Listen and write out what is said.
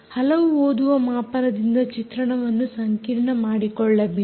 ಹಲವು ಓದುವ ಮಾಪನದಿಂದ ಚಿತ್ರಣವನ್ನು ಸಂಕೀರ್ಣ ಮಾಡಿಕೊಳ್ಳಬೇಡಿ